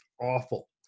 awful